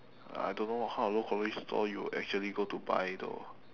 I don't know what kind of low quality store you would actually go to buy though